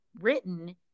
written